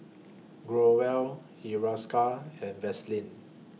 Growell Hiruscar and Vaselin